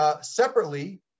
separately